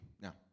Now